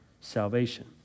salvation